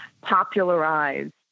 popularized